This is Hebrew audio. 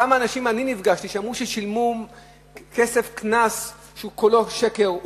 כמה אנשים שאני נפגשתי אתם אמרו ששילמו כסף קנס שהוא כולו שקר,